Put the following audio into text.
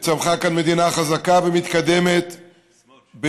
וצמחה כאן מדינה חזקה ומתקדמת ביותר.